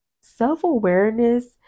self-awareness